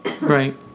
right